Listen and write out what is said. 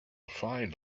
find